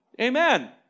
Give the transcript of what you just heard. Amen